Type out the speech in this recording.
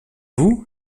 vous